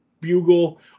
Bugle